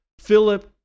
Philip